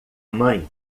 mãe